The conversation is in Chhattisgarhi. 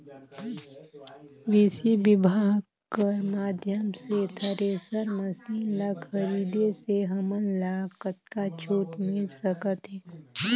कृषि विभाग कर माध्यम से थरेसर मशीन ला खरीदे से हमन ला कतका छूट मिल सकत हे?